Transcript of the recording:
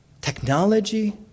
technology